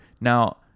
now